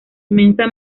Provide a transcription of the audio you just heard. inmensa